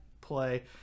play